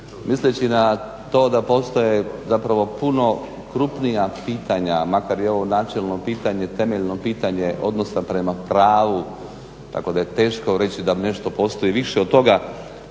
misleći na to da postoje zapravo puno krupnija pitanja makar je ovo načelno pitanje, temeljno pitanje odnosa prema pravu. Tako da je teško reći da nešto postoji više od toga.